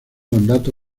mandato